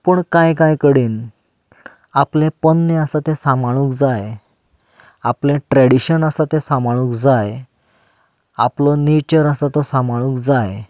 पूण कांय कांय कडेन आपलें पोरणें आसा तें सांबाळूंक जाय आपलें ट्रेडीशन आसा तें सांबाळूंक जाय आपलो नेचर आसा तो सांबाळूंक जाय